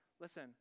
listen